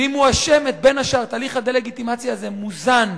תהליך הדה-לגיטימציה הזה מוזן,